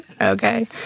Okay